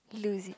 lose it